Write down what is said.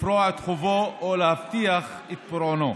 לפרוע את חובו או להבטיח את פירעונו.